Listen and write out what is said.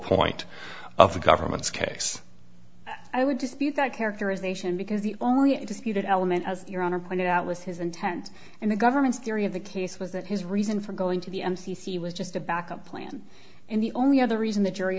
point of the government's case i would dispute that characterization because the only disputed element as your honor pointed out was his intent and the government's theory of the case was that his reason for going to the m c c was just a backup plan and the only other reason the jury